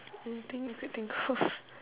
anything you could think of